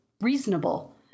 reasonable